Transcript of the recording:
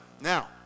now